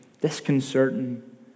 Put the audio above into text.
disconcerting